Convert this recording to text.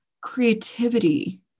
creativity